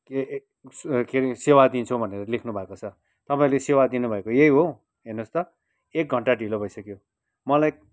के रे सेवा दिन्छौँ भनेर लेख्नु भएको छ तपाईँहरूले सेवा दिनुभएको यही हो हेर्नुहोस् त एक घन्टा ढिलो भइसक्यो मलाई